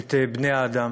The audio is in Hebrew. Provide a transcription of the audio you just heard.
את בני-האדם.